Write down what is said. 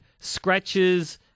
scratches